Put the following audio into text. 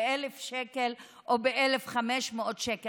ב-1,000 שקלים או ב-1,500 שקלים.